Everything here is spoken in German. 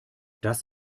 das